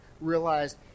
realized